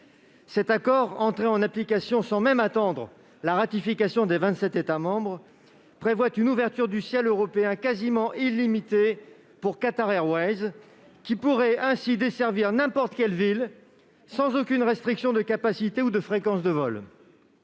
Cet accord, entré en application avant même sa ratification par les vingt-sept États membres, prévoit une ouverture du ciel européen quasiment illimitée pour Qatar Airways, qui pourra ainsi desservir n'importe quelle ville, sans aucune restriction en termes de capacités ou de fréquences de vols.